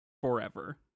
forever